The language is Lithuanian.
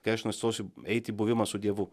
kai aš nustosiu eit į buvimą su dievu